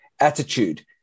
attitude